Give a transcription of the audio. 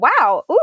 wow